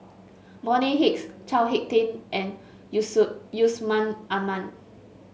Bonny Hicks Chao HicK Tin and Yus Yusman Aman